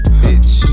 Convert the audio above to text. bitch